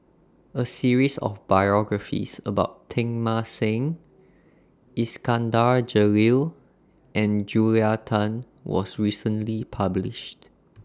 A series of biographies about Teng Mah Seng Iskandar Jalil and Julia Tan was recently published